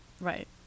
Right